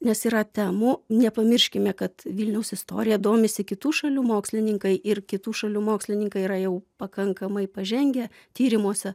nes yra temų nepamirškime kad vilniaus istorija domisi kitų šalių mokslininkai ir kitų šalių mokslininkai yra jau pakankamai pažengę tyrimuose